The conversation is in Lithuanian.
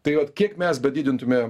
tai vat kiek mes bedidintume